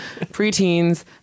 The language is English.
preteens